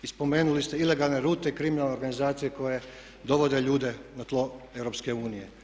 I spomenuli ste ilegalne rute i kriminalne organizacije koje dovode ljude na tlo EU.